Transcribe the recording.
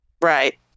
Right